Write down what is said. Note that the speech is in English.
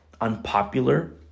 Unpopular